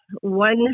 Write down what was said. one